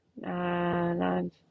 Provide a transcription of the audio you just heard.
Nine